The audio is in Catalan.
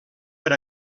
per